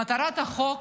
מטרת החוק